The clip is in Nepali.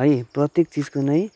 है प्रत्येक चिजको नै